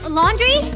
laundry